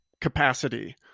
capacity